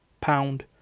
pound